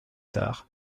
tard